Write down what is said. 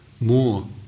more